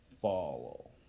follow